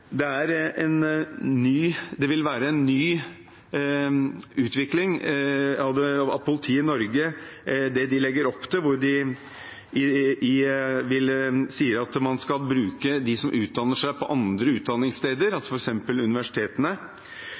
Det vil være en ny utvikling av politiet i Norge med det de legger opp til, da de sier at man skal bruke dem som utdanner seg på andre utdanningssteder, f.eks. universitetene,